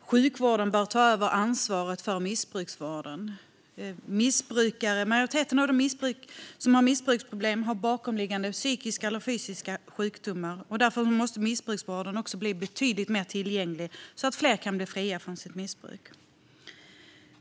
sjukvården bör ta över ansvaret för missbruksvården. Majoriteten av dem som har missbruksproblem har bakomliggande psykiska eller fysiska sjukdomar. Därför måste missbruksvården också bli betydligt mer tillgänglig så att fler kan bli fria från sitt missbruk.